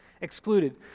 Excluded